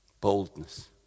Boldness